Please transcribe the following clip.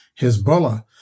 Hezbollah